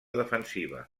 defensiva